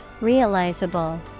Realizable